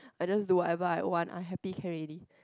and those do ever I want I happy clarity